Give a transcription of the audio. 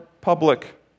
public